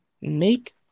Make